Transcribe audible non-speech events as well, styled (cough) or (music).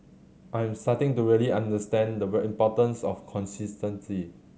I am starting to really understand the (unintelligible) importance of consistency